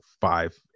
five